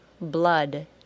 blood